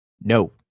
No